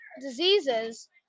diseases